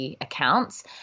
accounts